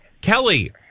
Kelly